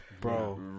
bro